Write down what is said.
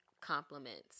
compliments